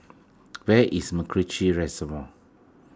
where is MacRitchie Reservoir